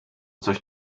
coś